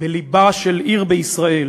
בלבה של עיר בישראל